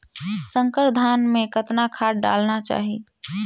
संकर धान मे कतना खाद डालना चाही?